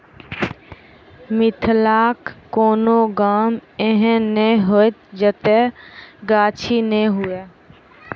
मिथिलाक कोनो गाम एहन नै होयत जतय गाछी नै हुए